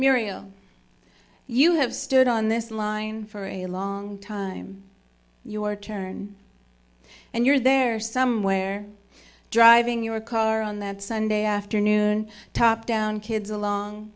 miriam you have stood on this line for a long time your turn and you're there somewhere driving your car on that sunday afternoon top down kids along